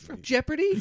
Jeopardy